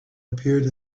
appeared